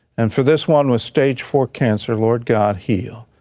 and for this one with stage four cancer, lord god, heal.